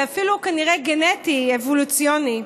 זה אפילו כנראה גנטי, אבולוציוני.